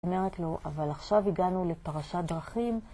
אמרת לו, אבל עכשיו הגענו לפטרשת דרכים.